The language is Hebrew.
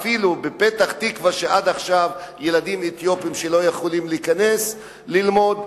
בפתח-תקווה ילדים אתיופים שעד עכשיו לא יכולים להיכנס ללמוד,